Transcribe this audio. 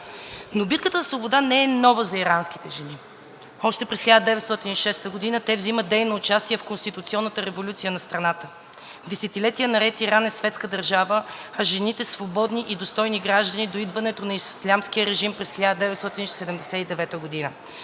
Но битката за свобода не е нова за иранските жени, а още през 1906 г. те взимат дейно участие в конституционната революция на страната. Десетилетия наред Иран е светска държава, а жените са свободни и достойни граждани до идването на ислямския режим през 1979 г.,